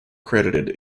credited